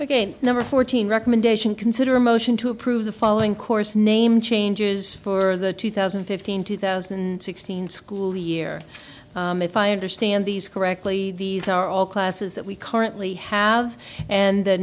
number fourteen recommendation consider a motion to approve the following course name changes for the two thousand and fifteen two thousand and sixteen school year if i understand these correctly these are all classes that we currently have and the